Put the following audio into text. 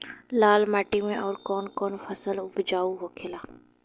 लाल माटी मे आउर कौन कौन फसल उपजाऊ होखे ला?